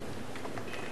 (חברי הכנסת